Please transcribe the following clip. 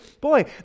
boy